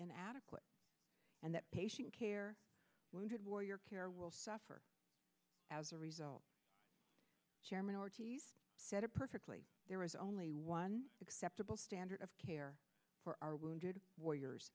in adequate and that patient care wounded warrior care will suffer as a result chairman ortiz said it perfectly there is only one acceptable standard of care for our wounded warriors